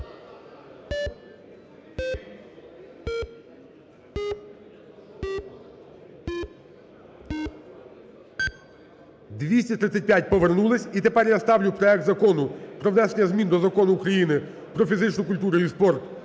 За-235 Повернулись. І тепер я ставлю проект Закону про внесення змін до Закону України "Про фізичну культуру і спорт"